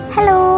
Hello